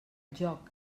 joc